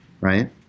right